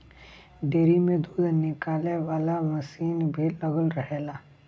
dairy में दूध निकाले वाला मसीन भी लगल रहेला